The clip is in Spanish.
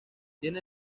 tiene